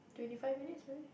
twenty five minutes maybe